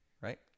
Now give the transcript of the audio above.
right